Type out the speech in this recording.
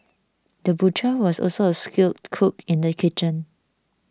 the butcher was also a skilled cook in the kitchen